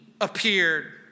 appeared